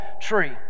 tree